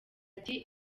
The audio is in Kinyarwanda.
ati